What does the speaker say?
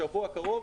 בשבוע הקרוב,